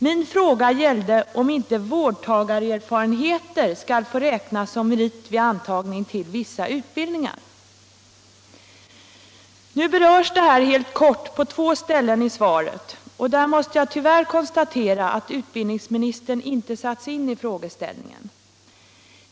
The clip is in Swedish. Min fråga gällde om inte vårdtagarerfarenheter skall få räknas som merit vid antagning till vissa utbildningar. Nu berörs detta helt kort på två ställen i svaret, och där måste jag tyvärr konstatera att utbildningsministern inte satt sig in i frågeställningen.